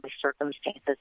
circumstances